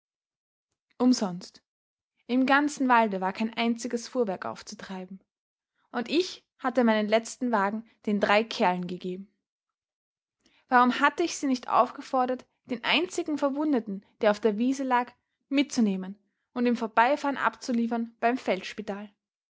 umsonst im ganzen walde war kein einziges fuhrwerk aufzutreiben und ich hatte meinen letzten wagen den drei kerlen gegeben warum hatte ich sie nicht aufgefordert den einzigen verwundeten der auf der wiese lag mitzunehmen und im vorbeifahren abzuliefern beim